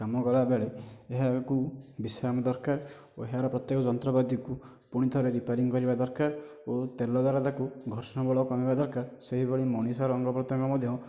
କାମ କଲାବେଳେ ଏହାକୁ ବିଶ୍ରାମ ଦରକାର ଓ ଏହାର ପ୍ରତ୍ୟେକ ଯନ୍ତ୍ରପାତିକୁ ପୁଣି ଥରେ ରିପ୍ୟାରିଙ୍ଗ୍ କରିବା ଦରକାର ଓ ତେଲ ଦ୍ୱାରା ତାକୁ ଘର୍ଷଣ ବଳ କମାଇବା ଦରକାର ସେହିଭଳି ମଣିଷର ଅଙ୍ଗପ୍ରତ୍ୟଙ୍ଗ ମଧ୍ୟ